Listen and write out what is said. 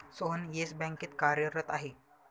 Sohan Yes बँकेत कार्यरत आहे